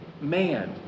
man